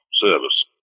service